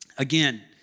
Again